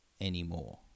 anymore